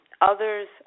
others